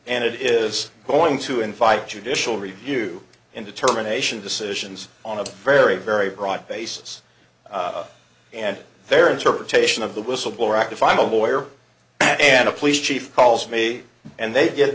and it is going to invite judicial review and determination decisions on a very very broad basis and their interpretation of the whistleblower act if i'm a lawyer and a police chief calls me and they get